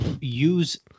use